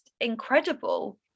incredible